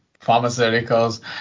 pharmaceuticals